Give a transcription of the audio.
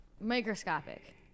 microscopic